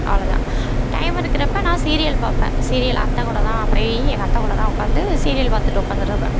அவ்வளோ தான் டைம் இருக்கிறப்ப நான் சீரியல் பார்ப்பேன் சீரியல் அத்தை கூட தான் போய் எங்கள் அத்தை கூட தான் உக்காந்து சீரியல் பார்த்துட்டு உக்காந்துருப்பேன்